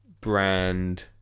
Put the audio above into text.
brand